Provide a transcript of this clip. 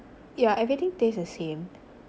yeah everything tastes the same